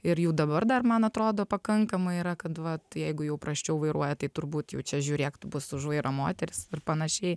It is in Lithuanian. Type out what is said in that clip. ir jau dabar dar man atrodo pakankamai yra kad vat jeigu jau prasčiau vairuoja tai turbūt jau čia žiūrėk tu busi už varo moteris ir panašiai